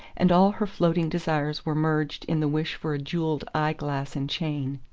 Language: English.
and all her floating desires were merged in the wish for a jewelled eye-glass and chain.